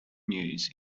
news